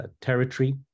territory